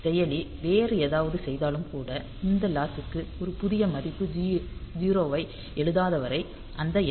செயலி வேறு ஏதாவது செய்தாலும் கூட இந்த லாட்சு க்கு ஒரு புதிய மதிப்பு 0 ஐ எழுதாத வரை அந்த எல்